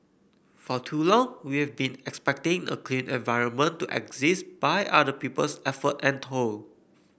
for too long we've been expecting a clean environment to exist by other people's effort and toil